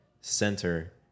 center